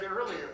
earlier